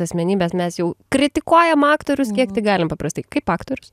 asmenybes mes jau kritikuojam aktorius kiek tik galim paprastai kaip aktorius